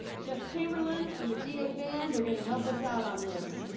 jeff chamberlain and the ga band are going to help us out on this.